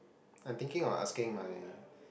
I'm thinking of asking my